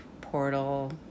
portal